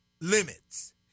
limits